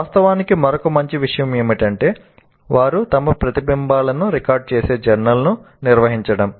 వాస్తవానికి మరొక మంచి విషయం ఏమిటంటే వారు తమ ప్రతిబింబాలను రికార్డ్ చేసే జర్నల్ ను నిర్వహించడం